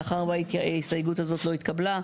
מאחר וההסתייגות הזאת לא התקבלה,